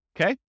Okay